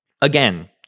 Again